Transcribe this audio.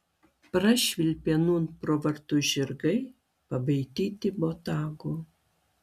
prašvilpė nūn pro vartus žirgai pabaidyti botago